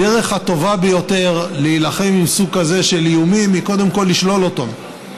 הדרך הטובה ביותר להילחם בסוג כזה של איומים היא קודם כול לשלול אותם.